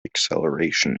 acceleration